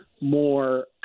more